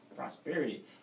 Prosperity